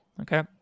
Okay